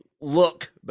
look